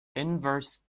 inverse